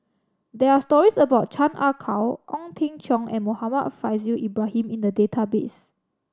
there are stories about Chan Ah Kow Ong Teng Cheong and Muhammad Faishal Ibrahim in the database